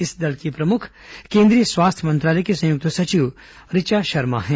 इस दल की प्रमुख केन्द्रीय स्वास्थ्य मंत्रालय की संयुक्त सचिव ऋचा शर्मा है